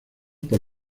por